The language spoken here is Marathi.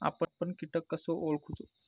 आपन कीटक कसो ओळखूचो?